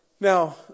Now